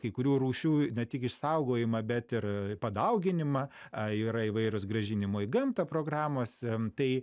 kai kurių rūšių ne tik išsaugojimą bet ir padauginimą ai yra įvairios grąžinimo į gamtą programos tai